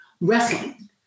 wrestling